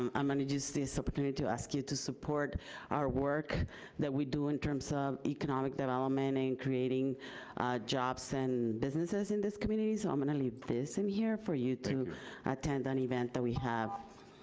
um i'm gonna use this opportunity to ask you to support our work that we do in terms of economic development and creating jobs and businesses in this community. so i'm gonna leave this i'm here for you to attend an event that we have.